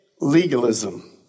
legalism